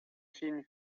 fin